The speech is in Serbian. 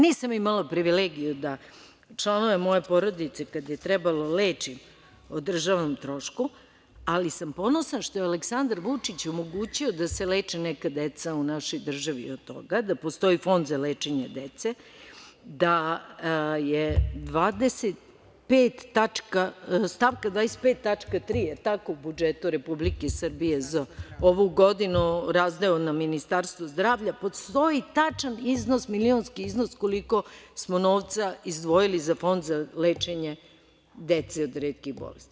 Nisam imala privilegiju da članove moje porodice, kada je trebalo lečim o državnom trošku, ali sam ponosna što je Aleksandar Vučić omogućio da se leče neka deca u našoj državi od toga, da postoji fond za lečenje dece, da je stavka 25. tačka 3. u budžetu Republike Srbije za ovu godinu, razdeo na Ministarstvo zdravlja, postoji tačan iznos, milionski iznos koliko smo novca izdvojili za Fond za lečenje dece od retkih bolesti.